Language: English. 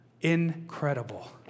Incredible